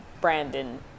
Brandon